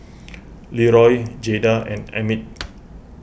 Leroy Jayda and Emit